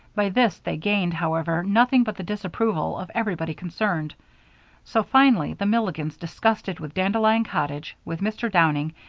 by this they gained, however, nothing but the disapproval of everybody concerned so, finally, the milligans, disgusted with dandelion cottage, with mr. downing,